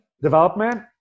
development